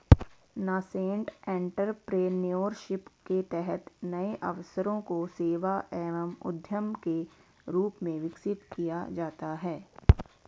nascent entrepreneurship के तहत नए अवसरों को सेवा एवं उद्यम के रूप में विकसित किया जाता है